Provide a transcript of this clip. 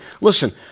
Listen